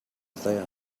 then